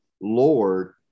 Lord